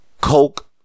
Coke